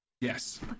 yes